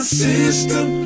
system